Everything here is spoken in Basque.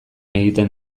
egiten